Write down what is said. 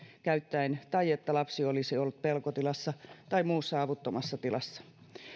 käyttäen tai että lapsi olisi ollut pelkotilassa tai muussa avuttomassa tilassa